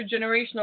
intergenerational